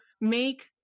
make